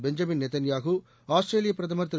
Benjamin Netanyahu ஆஸ்திரேலிய பிரதமர் திரு